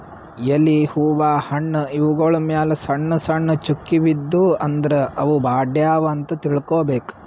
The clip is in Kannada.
ಎಲಿ ಹೂವಾ ಹಣ್ಣ್ ಇವ್ಗೊಳ್ ಮ್ಯಾಲ್ ಸಣ್ಣ್ ಸಣ್ಣ್ ಚುಕ್ಕಿ ಬಿದ್ದೂ ಅಂದ್ರ ಅವ್ ಬಾಡ್ಯಾವ್ ಅಂತ್ ತಿಳ್ಕೊಬೇಕ್